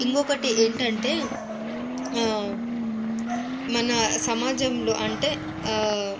ఇంకొకటి ఏంటంటే మన సమాజంలో అంటే ఆ